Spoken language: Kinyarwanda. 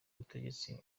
ubutegetsi